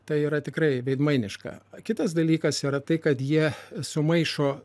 tai yra tikrai veidmainiška kitas dalykas yra tai kad jie sumaišo